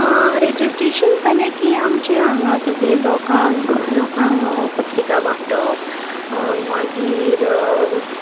registration जालें की आमचें हांगा सगल्या लोकांक लोकांक पत्रिका वांटप मागीर